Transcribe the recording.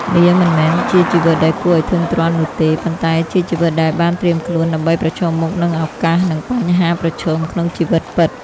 វាមិនមែនជាជីវិតដែលគួរឱ្យធុញទ្រាន់នោះទេ ប៉ុន្តែជាជីវិតដែលបានត្រៀមខ្លួនដើម្បីប្រឈមមុខនឹងឱកាសនិងបញ្ហាប្រឈមក្នុងជីវិតពិត។